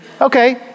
Okay